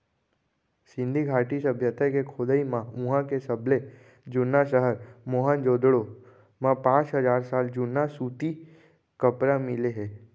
सिंधु घाटी सभ्यता के खोदई म उहां के सबले जुन्ना सहर मोहनजोदड़ो म पांच हजार साल जुन्ना सूती कपरा मिले हे